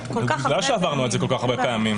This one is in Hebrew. בגלל שעברנו את כל כך הרבה פעמים.